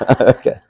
Okay